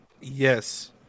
Yes